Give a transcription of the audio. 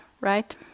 right